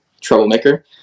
troublemaker